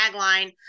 tagline